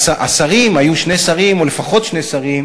היו שני שרים, או לפחות שני שרים